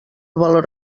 valor